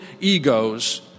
egos